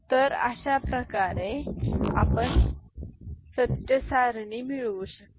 तर अशा प्रकारे आपण सत्य सारणी मिळवू शकता